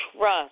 trust